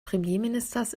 premierministers